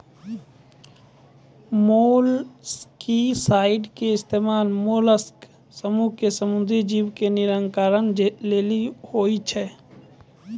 molluscicide के इस्तेमाल mollusc समूहो के समुद्री जीवो के निराकरण लेली होय छै